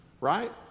Right